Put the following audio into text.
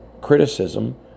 criticism